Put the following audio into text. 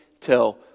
tell